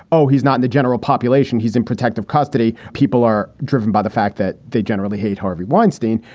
oh, he's not the general population, he's in protective custody. people are driven by the fact that they generally hate harvey weinstein.